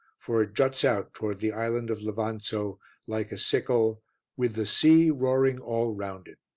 for it juts out towards the island of levanzo like a sickle with the sea roaring all round it.